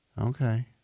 Okay